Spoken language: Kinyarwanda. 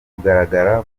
kugaragara